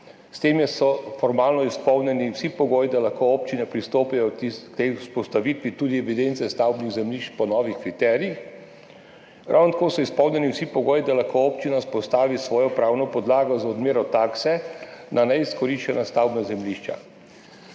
S tem so formalno izpolnjeni vsi pogoji, da lahko občine pristopijo k tej vzpostavitvi, in tudi evidence stavbnih zemljišč po novih kriterijih. Ravno tako so izpolnjeni vsi pogoji, da lahko občina vzpostavi svojo pravno podlago za odmero takse na neizkoriščena stavbna zemljišča.